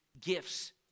gifts